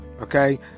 Okay